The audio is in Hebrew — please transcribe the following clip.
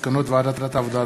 מסקנות ועדת העבודה,